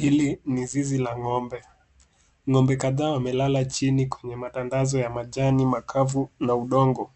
Hili ni zizi la ng'ombe. Ng'ombe kadhaa wamelala chini kwenye matandazo ya majani makavu na udongo.